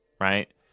right